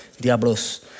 diablos